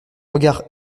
regard